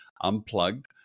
unplugged